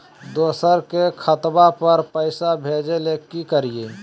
दोसर के खतवा पर पैसवा भेजे ले कि करिए?